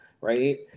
Right